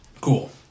Cool